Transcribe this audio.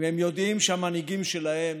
אם הם יודעים שהמנהיגים שלהם